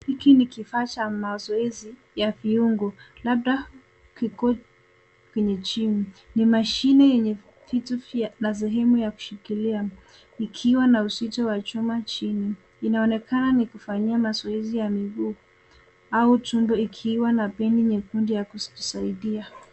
Hiki ni kifaa cha mazoezi ya viungo, labda kiko kwenye jimu, ni mashini yenye vitu na sehemu ya kujishikilia ikiwa na uzito wa chuma chini inaonekana ni kufanyiwa mazoezi ya miguu au tumbo ikiwa na peni nyekundi ya kujisaidia .